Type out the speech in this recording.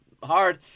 Hard